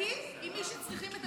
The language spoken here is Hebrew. שניטיב את מי שצריכים את הדיור הציבורי.